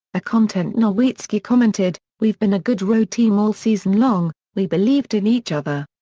a content nowitzki commented we've been a good road team all season long, we believed in each other.